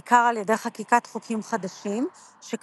בעיקר על ידי חקיקת חוקים חדשים שקבעו